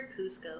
Cusco